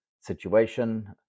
situation